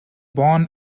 born